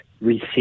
receive